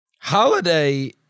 Holiday